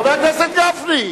חבר הכנסת גפני,